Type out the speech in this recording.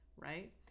Right